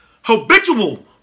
habitual